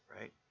right